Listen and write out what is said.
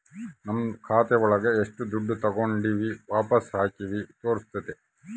ನಮ್ ಖಾತೆ ಒಳಗ ಎಷ್ಟು ದುಡ್ಡು ತಾಗೊಂಡಿವ್ ವಾಪಸ್ ಹಾಕಿವಿ ತೋರ್ಸುತ್ತೆ